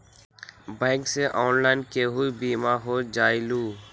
Bank से online केहु बिमा हो जाईलु?